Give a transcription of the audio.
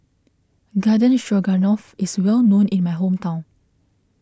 Garden Stroganoff is well known in my hometown